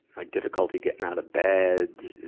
like difficulty getting out of bed?